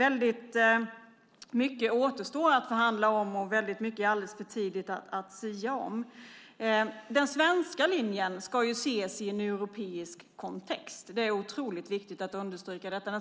Mycket återstår att förhandla om, och mycket är alldeles för tidigt att sia om. Den svenska linjen ska ses i en europeisk kontext. Det är oerhört viktigt att understryka detta.